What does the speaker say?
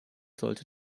sollte